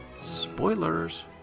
spoilers